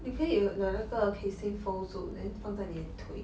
你可以拿那个 casing hold 住 then 放在你的腿